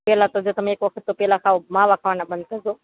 પહેલાં તો જો તમે એક વખત તો સાવ માવા ખાવાનાં બંધ કરી દો